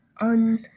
on